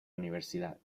universidad